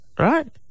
Right